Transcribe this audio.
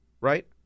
right